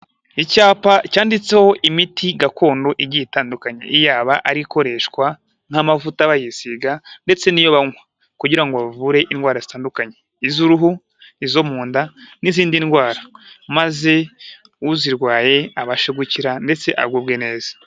Icyapa cyanditseho imiti gakondo igiye itandukanye. Yaba ari izikoreshwa nk'amavuta bayisiga ndetse n'iyo banywa kugira ngo bavure indwara zitandukanye. Iz'uruhu, izo mu nda, n'izindi ndwara maze uzirwaye abasha gukira ndetse agubwe neza.